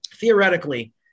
theoretically